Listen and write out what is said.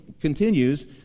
continues